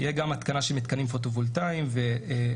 תהיה גם התקנה של מתקנים פוטו-וולטאים וגם